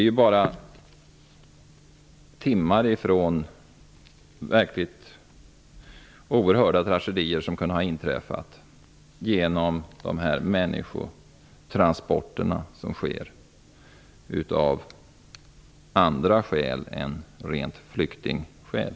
Man har bara varit timmar från oerhörda tragedier som hade kunnat inträffa i sådana människotransporter som genomförs av andra skäl än av rena flyktingskäl.